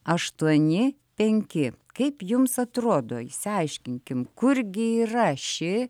aštuoni penki kaip jums atrodo išsiaiškinkim kur gi yra ši